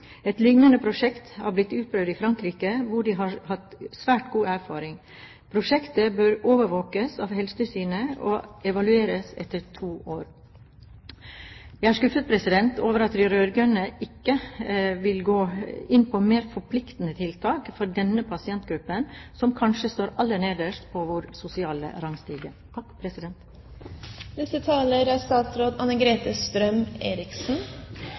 Et liknende prosjekt har blitt utprøvd i Frankrike, hvor de har hatt svært god erfaring med det. Prosjektet bør overvåkes av Helsetilsynet og evalueres etter to år. Jeg er skuffet over at de rød-grønne ikke vil gå inn på mer forpliktende tiltak for denne pasientgruppen som kanskje står aller nederst på vår sosiale rangstige. Som representantene Skei Grande og Tenden er